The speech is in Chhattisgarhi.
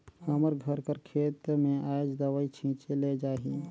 हमर घर कर खेत में आएज दवई छींचे ले जाही